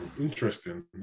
Interesting